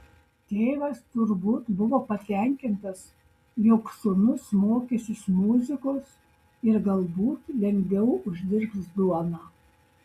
tėvas turbūt buvo patenkintas jog sūnus mokysis muzikos ir galbūt lengviau uždirbs duoną